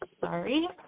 sorry